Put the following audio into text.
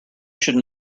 should